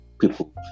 people